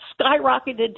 skyrocketed